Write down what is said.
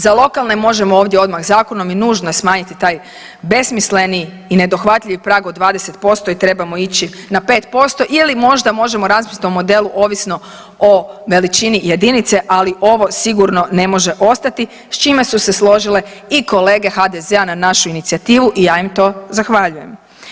Za lokalne možemo ovdje odmah zakonom i nužno je smanjiti taj besmisleni i nedohvatljiv prag od 20% i trebamo ići na 5% ili možda možemo razmisliti o modelu ovisno o veličini jedinice, ali ovo sigurno ne može ostati s čime su se složile i kolege HDZ-a na našu inicijativu i ja im to zahvaljujem.